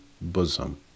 bosom